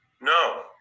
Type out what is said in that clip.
no